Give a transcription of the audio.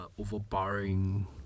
overpowering